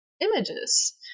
images